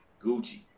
Gucci